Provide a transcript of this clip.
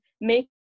make